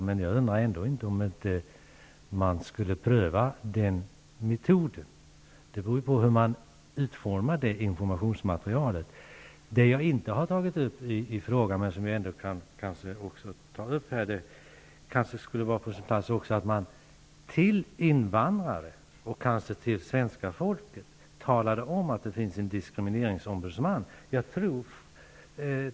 Men jag undrar om det ändå inte är värt att pröva den metoden. Avgörande är ju informationsmaterialets utformning. En sak som jag inte har nämnt i min fråga men som kanske skulle tas upp här är följande. Kanske är det också på sin plats att till invandrare, och kanske även till det svenska folket, gå ut med information om att det finns en diskrimineringsombudsman.